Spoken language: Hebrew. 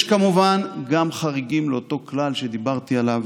יש כמובן גם חריגים לאותו כלל שדיברתי עליו,